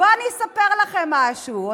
בואו אני אספר לכם משהו,